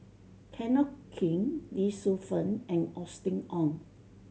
Kenneth Keng Lee Shu Fen and Austen Ong